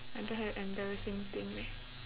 I don't have embarrassing thing leh